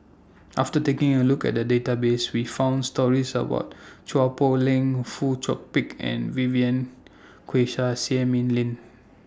after taking A Look At The Database We found stories about Chua Poh Leng Fong Chong Pik and Vivien Quahe Seah Mei Lin